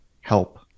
help